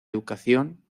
educación